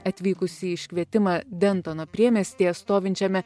atvykusi į iškvietimą dentano priemiestyje stovinčiame